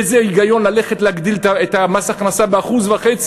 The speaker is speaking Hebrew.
איזה היגיון זה להגדיל את מס ההכנסה ב-1.5%,